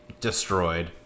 destroyed